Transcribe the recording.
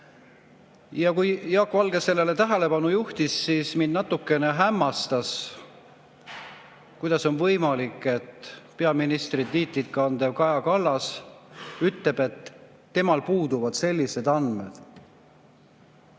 kui Jaak Valge sellele tähelepanu juhtis, siis mind natuke hämmastas, kuidas on võimalik, et peaministri tiitlit kandev Kaja Kallas ütleb, et temal puuduvad sellised andmed.